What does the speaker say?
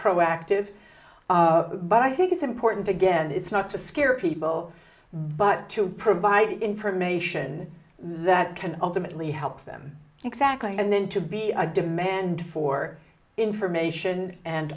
proactive but i think it's important again it's not to scare people but to provide information that can ultimately help them exactly and then to be a demand for information and